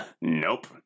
Nope